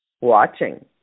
watching